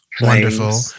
wonderful